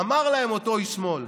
אמר להם אותו איש שמאל: